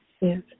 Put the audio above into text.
Yes